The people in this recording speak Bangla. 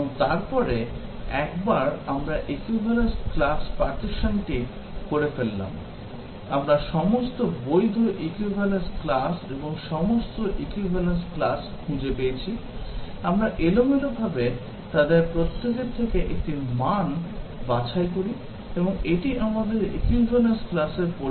এবং তারপরে একবার আমরা equivalence class partitionটি করে ফেললাম আমরা সমস্ত বৈধ equivalence class এবং সমস্ত অবৈধ equivalence class খুঁজে পেয়েছি আমরা এলোমেলোভাবে তাদের প্রত্যেকের থেকে একটি মান বাছাই করি এবং এটি আমাদের equivalence class র পরীক্ষার স্যুট তৈরি করবে